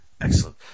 Excellent